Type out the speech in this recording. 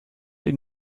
ihn